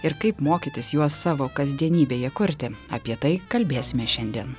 ir kaip mokytis juos savo kasdienybėje kurti apie tai kalbėsime šiandien